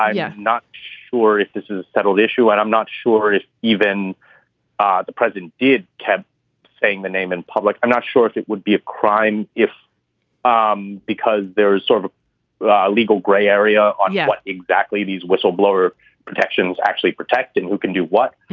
i'm yeah not sure if this is a settled issue and i'm not sure if even ah the president did keep saying the name in public. i'm not sure if it would be a crime if um because there is sort of a legal gray area on yeah what exactly these whistleblower protections actually protected, who can do what.